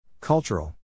Cultural